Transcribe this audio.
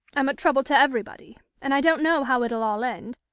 i'm a trouble to everybody, and i don't know how it'll all end.